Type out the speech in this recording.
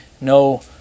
no